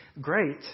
great